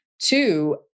Two